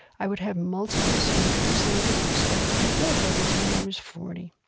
i would have multiple surgeries, and i could expect to be dead by the time i was forty.